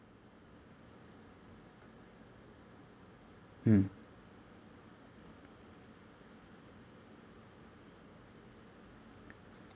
mm